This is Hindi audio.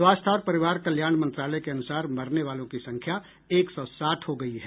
स्वास्थ्य और परिवार कल्याण मंत्रालय के अनुसार मरने वालों की संख्या एक सौ साठ हो गयी है